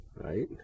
right